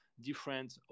different